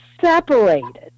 separated